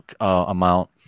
amount